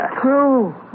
true